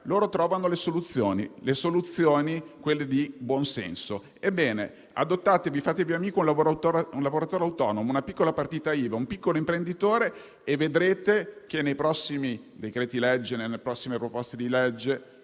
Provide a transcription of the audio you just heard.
che trovano soluzioni di buon senso. Ebbene, adottate e fatevi amico un lavoratore autonomo, una piccola partita IVA, un piccolo imprenditore e vedrete che, nei prossimi decreti-legge e nelle prossime proposte legislative,